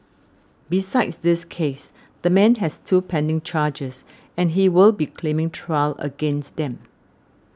besides this case the man has two pending charges and he will be claiming trial against them